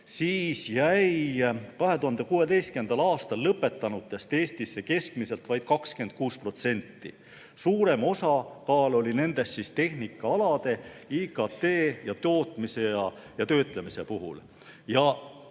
siis jäi 2016. aastal lõpetanutest Eestisse keskmiselt vaid 26%. Suurem osakaal oli tehnikaalade, IKT ja tootmise ja töötlemise puhul.